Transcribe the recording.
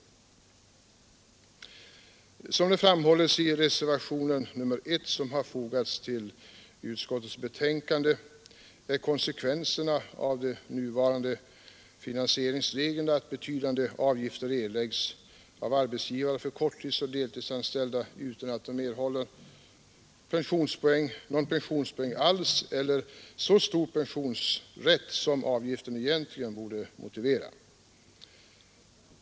Som framhålles i reservationen 1, som fogats till utskottets betänkande, är konsekvenserna av de nuvarande finansieringsreglerna att betydande avgifter erläggs av arbetsgivare för korttidsoch deltidsanställda utan att dessa erhåller någon pensionspoäng alls eller så stor pensionsrätt som avgiften egentligen borde motivera.